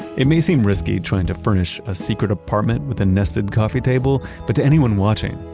it may seem risky trying to furnish a secret apartment with a nested coffee table, but to anyone watching,